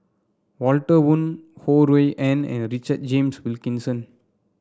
Walter Woon Ho Rui An and Richard James Wilkinson